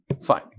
Fine